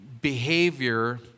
behavior